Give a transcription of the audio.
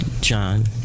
John